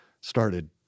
started